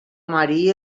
marí